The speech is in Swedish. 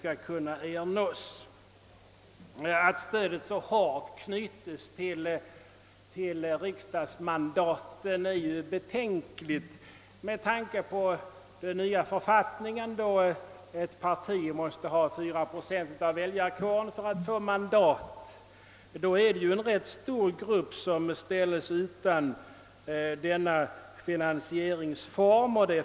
Att stödet så hårt knytes till antalet riksdagsmandat är betänkligt. Den nya författningen, enligt vilken ett parti måste ha 4 procent av väljarkåren för att få mandat, medför att en rätt stor grupp kan ställas utanför denna finansieringsform.